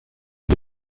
для